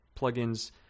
plugins